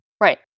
Right